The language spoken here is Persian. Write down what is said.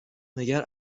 مگر